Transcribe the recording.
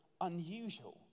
unusual